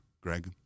Greg